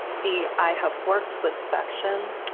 the i have worked with section,